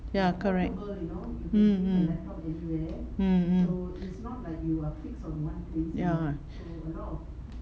ya correct mm mm mm mm ya ya good you know I'm not a you are freed from one ya ya